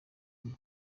iwe